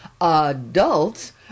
Adults